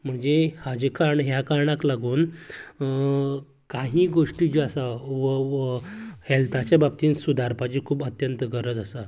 म्हणजे हाजे कारण ह्या कारणांक लागून काही गोश्टी ज्यो आसा हेल्थाच्या बाबतींत सुदारपाचे खूब अत्यंत गरज आसा